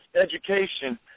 education